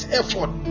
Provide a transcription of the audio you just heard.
effort